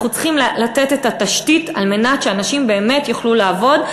אנחנו צריכים לתת את התשתית על מנת שאנשים באמת יוכלו לעבוד,